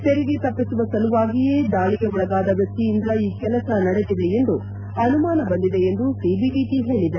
ತೆರಿಗೆ ತಪ್ಪಿಸುವ ಸಲುವಾಗಿಯೇ ದಾಳಿಗೆ ಒಳಗಾದ ವ್ಯಕ್ತಿಯಿಂದ ಈ ಕೆಲಸ ನಡೆದಿದೆ ಎಂದು ಅನುಮಾನ ಬಂದಿದೆ ಎಂದು ಸಿಬಿಡಿಟ ಹೇಳಿದೆ